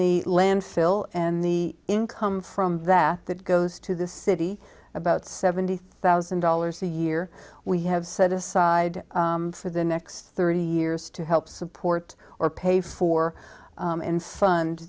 the landfill and the income from that that goes to the city about seventy thousand dollars a year we have set aside for the next thirty years to help support or pay for